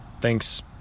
Thanks